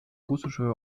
russische